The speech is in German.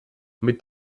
mit